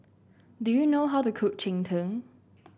do you know how to cook Cheng Tng